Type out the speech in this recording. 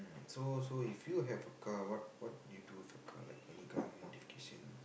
so so if you have a car what what would you do for your car like any kind of modification